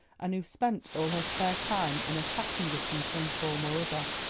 and who spent all her spare time in attacking it in some form or other.